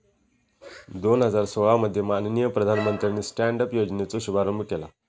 दोन हजार सोळा मध्ये माननीय प्रधानमंत्र्यानी स्टॅन्ड अप योजनेचो शुभारंभ केला